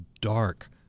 dark